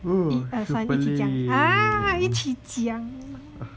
一二三 ah 一起讲吗